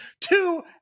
two